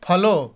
follow